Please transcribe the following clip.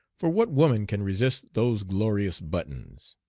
for what woman can resist those glorious buttons?